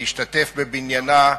להשתתף בבניינה,